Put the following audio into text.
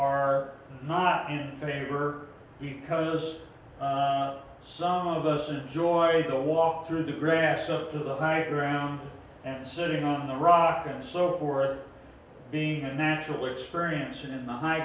are not in favor because some of us enjoy the walk through the grass up to the high ground and sitting on the rock and so for being a natural experience in the high